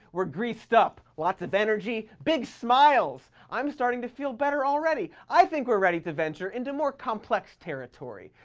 we're greased up. lots of energy. big smiles. i'm starting to feel better already. i think we're ready to venture into more complex territory,